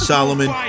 Solomon